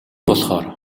болохоор